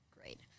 great